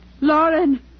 Lauren